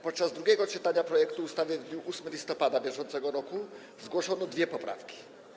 Podczas drugiego czytania projektu ustawy w dniu 8 listopada br. zgłoszono dwie poprawki.